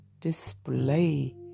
display